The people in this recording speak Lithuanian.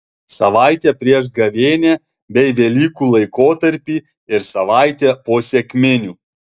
savaitę prieš gavėnią bei velykų laikotarpį ir savaitę po sekminių